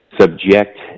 subject